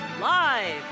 Live